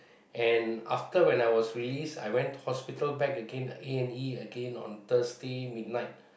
and after when I was released I went to hospital back again A-and-E again on Thursday midnight